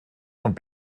und